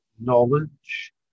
knowledge